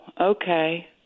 okay